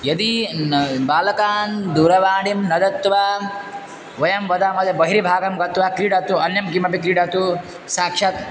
यदि न बालकान् दूरवाणीं न दत्वा वयं वदामः बहिर्भागं गत्वा क्रीडतु अन्यं किमपि क्रीडतु साक्षात्